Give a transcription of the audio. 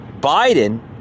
Biden